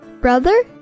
Brother